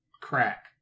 Crack